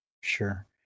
Sure